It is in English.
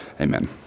Amen